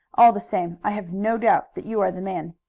all the same i have no doubt that you were the man.